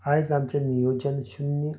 आयज आमचें नियोजन शुन्य